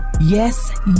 Yes